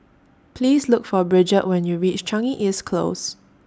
Please Look For Bridgette when YOU REACH Changi East Close